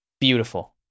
beautiful